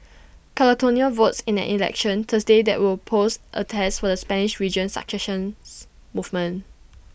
Catalonia votes in an election Thursday that will pose A test for the Spanish region's secession's movement